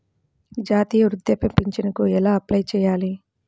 జాతీయ వృద్ధాప్య పింఛనుకి ఎలా అప్లై చేయాలి?